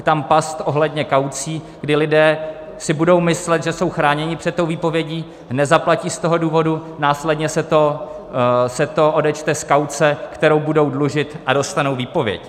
Je tam past ohledně kaucí, kdy lidé si budou myslet, že jsou chráněni před tou výpovědí, nezaplatí z toho důvodu, následně se to odečte z kauce, kterou budou dlužit, a dostanou výpověď.